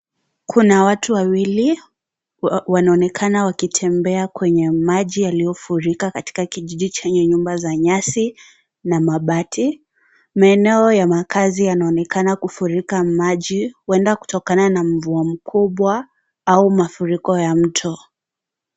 Kuna watu wawili. Wanaonekana wakitembea kwenye maji yaliyofurika katika kijiji chenye nyumba za nyasi na mabati. Maeneo ya makazi yanaonekana kufurika maji. Huenda kutokana na mvua mkubwa au mafuriko ya mto.